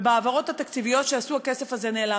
ובהעברות התקציביות שעשו הכסף הזה נעלם.